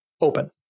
open